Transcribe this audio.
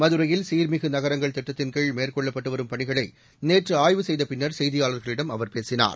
மதுரையில் சீர்மிகு நகரங்கள் திட்டத்தின்கீழ் மேற்கொள்ளப்பட்டு வரும் பணிகளை நேற்று ஆய்வு செய்தபின்னர் செய்தியாளர்களிடம் அவர் பேசினார்